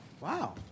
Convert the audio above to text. Wow